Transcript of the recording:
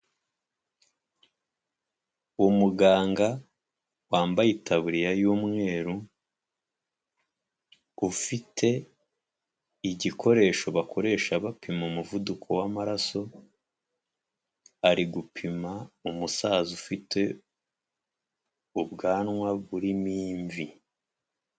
Umuganga wambaye itaburiya yu'mweru ufite igikoresho bakoresha bapima umuvuduko w'amaraso ari gupima umusaza ufite ubwanwa burimo imvi.